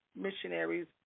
missionaries